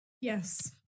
Yes